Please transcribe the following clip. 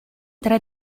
tre